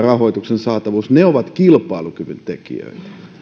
rahoituksen saatavuus ovat kilpailukyvyn tekijöitä